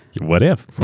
what if?